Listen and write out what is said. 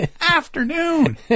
afternoon